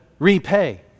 Repay